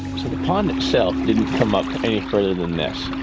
so the pond itself didn't come up any further than this.